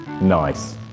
nice